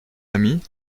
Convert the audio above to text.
ami